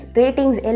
ratings